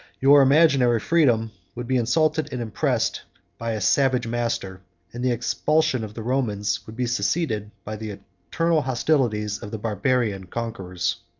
your imaginary freedom would be insulted and oppressed by a savage master and the expulsion of the romans would be succeeded by the eternal hostilities of the barbarian conquerors.